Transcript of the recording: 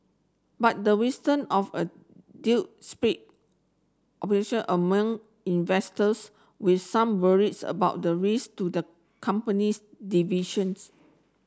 but the wisdom of a deal split among investors with some worries about the race to the company's divisions